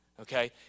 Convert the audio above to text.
Okay